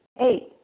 Eight